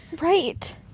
Right